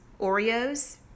Oreos